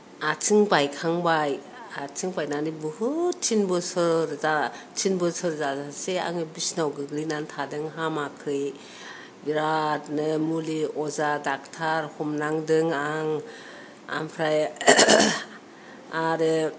आथिं बायखांबाय आथिं बायनानै बुहुद थिन बोसोर थिन बोसोर जाजासे आङो बिसनायाव गोग्लैनानै थादों हामाखै बिरादनो मुलि अजा डक्टर हमनांदों आं ओमफ्राय आरो